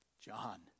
John